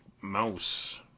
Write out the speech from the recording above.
mouse